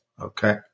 okay